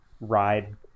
ride